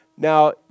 Now